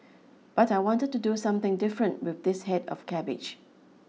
but I wanted to do something different with this head of cabbage